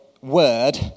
word